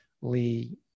Lee